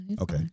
Okay